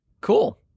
Cool